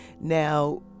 Now